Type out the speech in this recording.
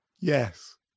Yes